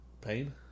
Pain